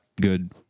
good